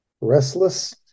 restless